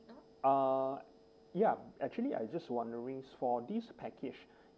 uh ya actually I just wondering for this package